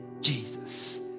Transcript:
Jesus